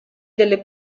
delle